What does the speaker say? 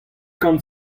kant